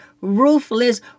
ruthless